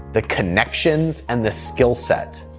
the connections and the skillset.